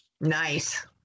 Nice